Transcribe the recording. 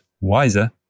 wiser